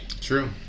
True